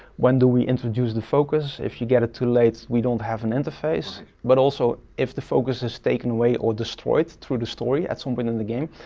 when do we introduce the focus? if you get it too late, we don't have an interface, but also if the focus is taken away or destroyed through the story at some point in the game,